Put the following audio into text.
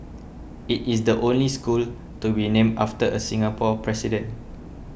it is the only school to be named after a Singapore president